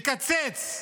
מקצץ.